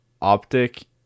Optic